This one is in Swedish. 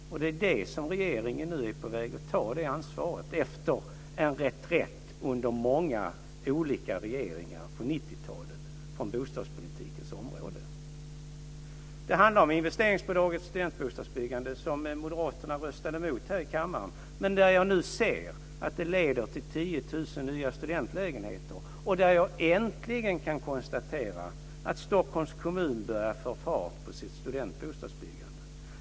Det är det ansvaret som regeringen nu är på väg att ta efter en reträtt av många olika regeringar på 90-talet på bostadspolitikens område. Det handlar om investeringsbidraget till studentbostadsbyggandet som moderaterna röstade emot här i kammaren, men som jag nu ser leder till 10 000 nya studentlägenheter. Jag kan äntligen konstatera att Stockholms kommun börjar att få fart på sitt studentbostadsbyggande.